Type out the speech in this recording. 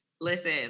listen